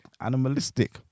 Animalistic